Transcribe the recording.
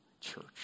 church